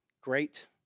Great